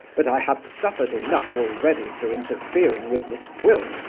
but i have suffered enough already through interfering with miss gwilt.